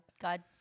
God